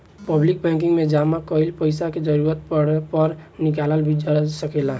public banking में जामा कईल पइसा के जरूरत पड़े पर निकालल भी जा सकेला